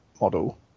model